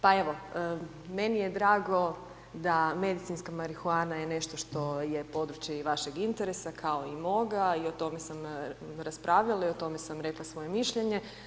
Pa evo, meni je drago da medicinska marihuana je nešto što je područje i vašeg interesa kao i moga i o tome sam raspravljala i o tome sam rekla svoje mišljenje.